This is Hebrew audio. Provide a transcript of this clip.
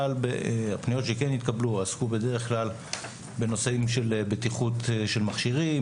הפניות שכן התקבלו עסקו בדרך כלל בנושאים כמו בטיחות מכשירים,